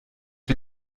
wir